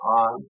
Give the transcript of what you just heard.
on